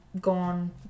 gone